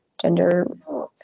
gender